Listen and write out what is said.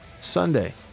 Sunday